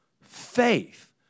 faith